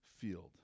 field